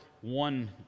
one